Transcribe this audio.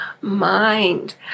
Mind